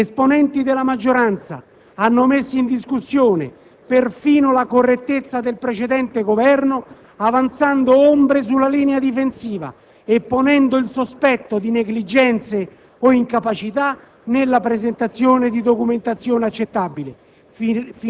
Esponenti della maggioranza hanno messo in discussione perfino la correttezza del precedente Governo, avanzando ombre sulla linea difensiva, ponendo il sospetto di negligenze o incapacità nella presentazione di documentazioni accettabili